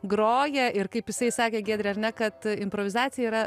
groja ir kaip jisai sakė giedre ar ne kad improvizacija yra